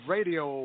Radio